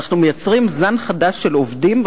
ואנחנו מייצרים זן חדש של עובדים,